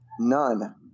none